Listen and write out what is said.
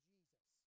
Jesus